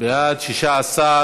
התשע"ט